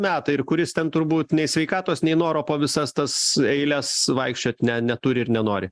metai ir kuris ten turbūt nei sveikatos nei noro po visas tas eiles vaikščiot ne neturi ir nenori